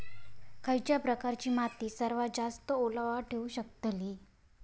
खयच्या प्रकारची माती सर्वात जास्त ओलावा ठेवू शकतली?